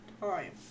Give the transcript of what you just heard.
time